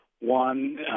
One